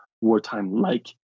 wartime-like